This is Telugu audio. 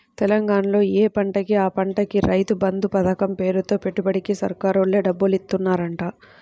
తెలంగాణాలో యే పంటకి ఆ పంటకి రైతు బంధు పతకం పేరుతో పెట్టుబడికి సర్కారోల్లే డబ్బులిత్తన్నారంట